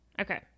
Okay